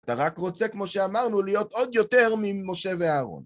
אתה רק רוצה, כמו שאמרנו, להיות עוד יותר ממשה ואהרון.